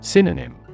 Synonym